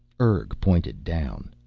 urg pointed down.